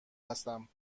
هستم